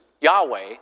Yahweh